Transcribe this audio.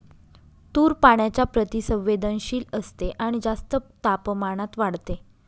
तूर पाण्याच्या प्रति संवेदनशील असते आणि जास्त तापमानात वाढते